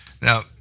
Now